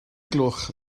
gloch